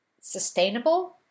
sustainable